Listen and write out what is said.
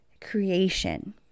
creation